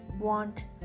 want